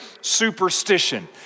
superstition